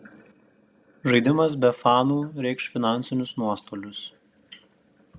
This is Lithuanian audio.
žaidimas be fanų reikš finansinius nuostolius